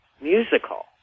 musical